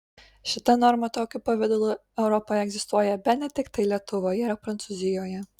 šita norma tokiu pavidalu europoje egzistuoja bene tiktai lietuvoje ir prancūzijoje